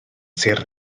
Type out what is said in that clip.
sir